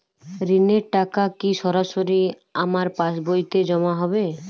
ঋণের টাকা কি সরাসরি আমার পাসবইতে জমা হবে?